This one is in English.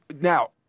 Now